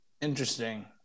Interesting